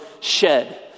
shed